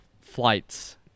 flights